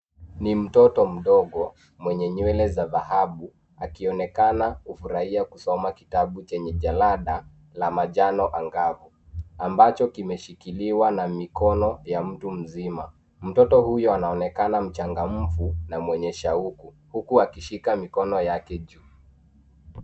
Ni mtoto mdogo mwenye nywele za dhahabu akionekana kufurahia kusoma kitabu chenye jalada la manjano angavu ambacho kimeshikiliwa na mikono ya mtu mzima. Mtoto huyo anaonekana mchangamfu na mwenye shauku huku akishika mikono yake juu.